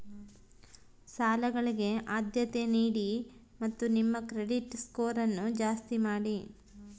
ಸಾಲಗಳಿಗೆ ಆದ್ಯತೆ ನೀಡಿ ಮತ್ತು ನಿಮ್ಮ ಕ್ರೆಡಿಟ್ ಸ್ಕೋರನ್ನು ಜಾಸ್ತಿ ಮಾಡಿ